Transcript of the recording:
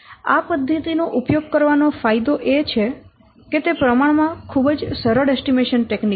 આ પદ્ધતિ નો ઉપયોગ કરવાનો ફાયદો એ છે કે તે પ્રમાણમાં ખૂબ જ સરળ એસ્ટીમેશન ટેકનીક છે